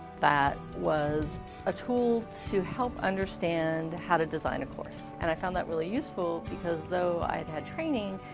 that was a tool to help understand how to design a course. and i found that really useful because though i've had training,